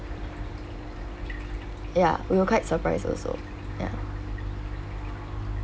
ya we were quite surprised also ya